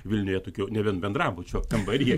vilniuje tokio nebent bendrabučio kambaryje